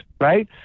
right